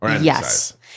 Yes